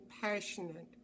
passionate